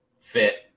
fit